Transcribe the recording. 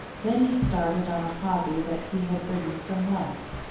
then he started on a hobby that he had ridden for months,